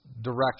direction